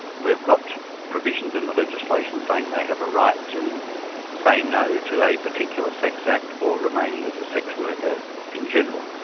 we've got provisions in the legislation saying they have a right to say no to a particular sex act, or remaining as a sex worker in general.